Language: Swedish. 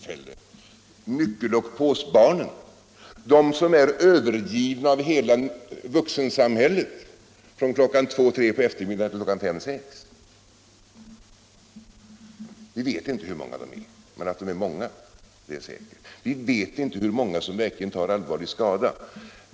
Det gäller nyckeloch påsbarnen som är övergivna av hela vuxensamhället från klockan två eller tre på eftermiddagen till klockan fem eller sex. Vi vet inte hur många de är. Men att de är många, det är säkert. Vi vet inte hur många som tar allvarlig skada.